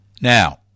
Now